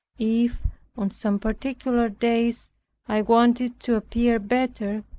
if on some particular days i wanted to appear better,